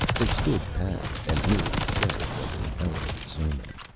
they stood pat, and merely said it was an elegant sermon.